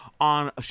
on